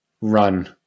run